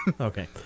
Okay